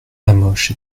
hamoche